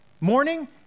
morning